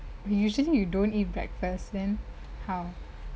usually you don't eat breakfast then how